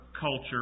culture